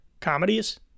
comedies